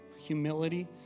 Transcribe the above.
humility